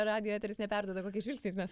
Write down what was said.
radijo eteris neperduoda kokiais žvilgsniais mes